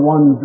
One